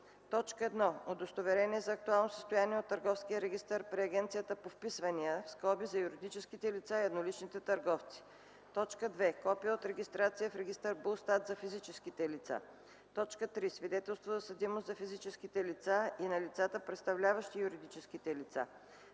1. удостоверение за актуално състояние от Търговския регистър при Агенцията по вписванията (за юридическите лица и едноличните търговци); 2. копие от регистрация в регистър БУЛСТАТ за физическите лица; 3. свидетелство за съдимост на физическите лица и на лицата, представляващи юридическите лица;